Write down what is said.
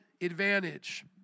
advantage